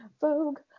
Vogue